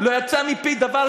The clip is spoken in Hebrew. תן לו לסיים את דבריו.